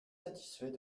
satisfait